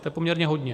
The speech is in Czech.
To je poměrně hodně.